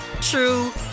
true